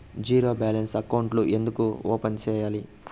zero balance అకౌంట్లు ఎందుకు open సేయాలి